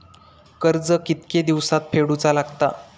कर्ज कितके दिवसात फेडूचा लागता?